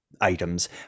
Items